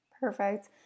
Perfect